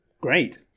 Great